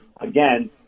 again